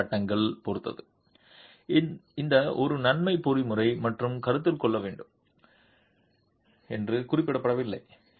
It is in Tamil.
எல் சட்டங்கள் பொறுத்து இந்த ஒரு நன்மை பொறிமுறையை மற்றும் கருத்தில் கொள்ள வேண்டும் என்று குறிப்பிட வில்லை